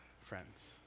friends